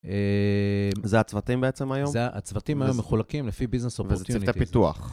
זה הצוותים בעצם היום? זה הצוותים היום מחולקים לפי Business Opportunities. וזה צוותי פיתוח.